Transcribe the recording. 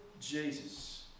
Jesus